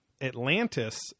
Atlantis